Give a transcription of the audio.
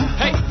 hey